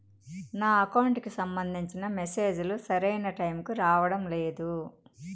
నా అకౌంట్ కి సంబంధించిన మెసేజ్ లు సరైన టైముకి రావడం లేదు